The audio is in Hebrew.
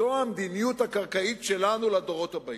זו המדיניות הקרקעית שלנו לדורות הבאים,